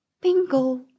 Bingo